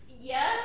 yes